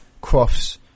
Crofts